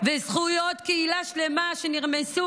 וזכויות קהילה שלמה שנרמסו,